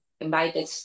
Invited